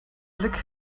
blick